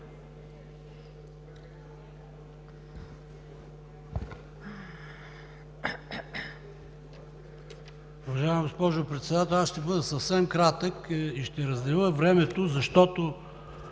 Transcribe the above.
Уважаема госпожо Председател, аз ще бъда съвсем кратък и ще разделя времето, защото